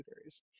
theories